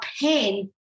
pain